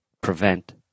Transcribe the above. prevent